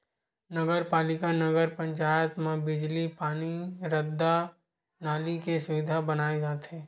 नगर पालिका, नगर पंचायत म बिजली, पानी, रद्दा, नाली के सुबिधा बनाए जाथे